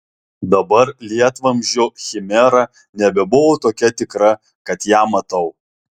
dabar lietvamzdžio chimera nebebuvo tokia tikra kad ją matau